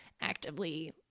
actively